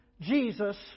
Jesus